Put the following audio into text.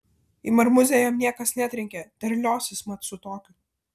į marmuzę jam niekas netrenkia terliosis mat su tokiu